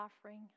offering